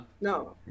no